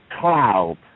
cloud